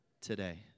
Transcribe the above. today